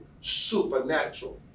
supernatural